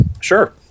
Sure